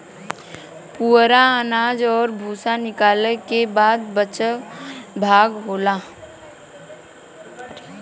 पुवरा अनाज और भूसी निकालय क बाद बचल भाग होला